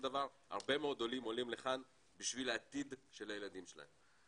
דבר הרבה מאוד עולים מגיעים לכאן כדי להיטיב עם חיי הילדים שלהם.